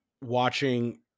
watching